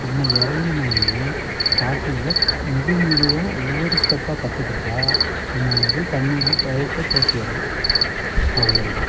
நம்ம இறங்குனவொன்னே ஸ்டார்ட்டிங்கில் மெது மெதுவாக ஒவ்வொரு ஸ்டெப்பாக கற்றுக்கிட்டா நம்ம வந்து தண்ணியில் பயத்தை போக்கிடலாம் அவ்வளோ தான்